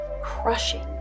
crushing